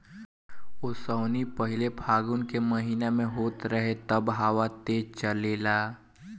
ओसौनी पहिले फागुन के महीना में होत रहे तब हवा तेज़ चलेला